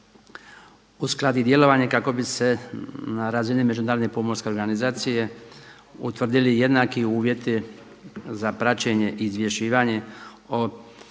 uskladi djelovanje kako bi se na razini međunarodne pomorske organizacije utvrdili jednaki uvjeti za praćenje i izvješćivanje o emisiji